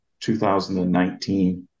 2019